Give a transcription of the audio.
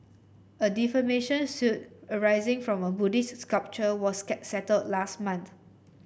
a defamation suit arising from a Buddhist sculpture was settled last month